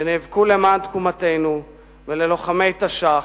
שנאבקו למען תקומתנו וללוחמי תש"ח,